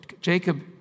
Jacob